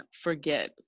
forget